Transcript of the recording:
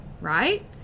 right